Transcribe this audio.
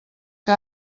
que